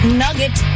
nugget